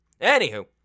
Anywho